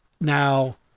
now